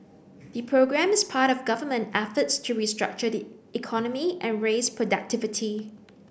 the programme is part of government efforts to restructure the economy and raise productivity